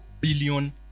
billion